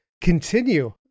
continue